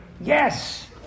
Yes